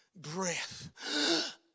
breath